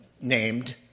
named